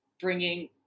bringing